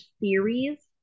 series